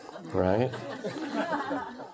Right